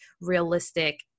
realistic